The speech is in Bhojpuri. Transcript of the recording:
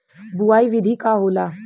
बुआई विधि का होला?